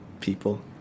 people